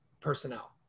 personnel